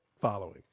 following